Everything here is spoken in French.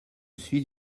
suis